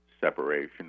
separation